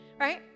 right